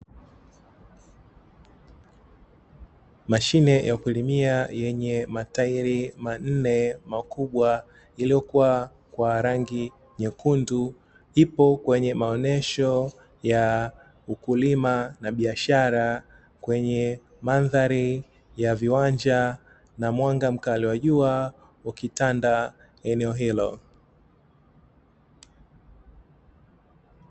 Mashine ya kulimia yenye matairi manne makubwa yaliyokuwa kwa rangi nyekundu, ipo kwenye maonesho ya ukulima na biashara, kwenye mandhari ya viwanja na mwanga mkali wa jua ukitanda eneo hilo.